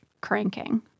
cranking